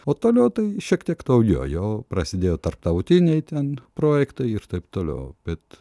o toliau tai šiek tiek daugiau jau prasidėjo tarptautiniai ten projektai ir taip toliau bet